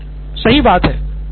नितिन कुरियन सही बात है